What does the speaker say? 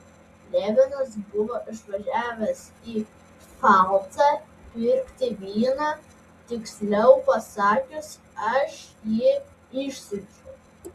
levinas buvo išvažiavęs į pfalcą pirkti vyno tiksliau pasakius aš jį išsiunčiau